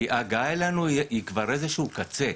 כי הגעה אלינו כי ההגעה אלינו היא כבר איזשהו קצה.